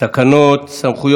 כך עשתה אתמול חברת סלקום,